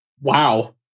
Wow